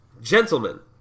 Gentlemen